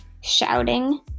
shouting